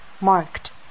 marked